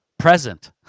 Present